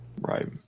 Right